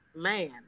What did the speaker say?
Man